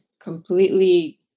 completely